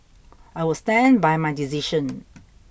I will stand by my decision